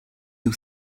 you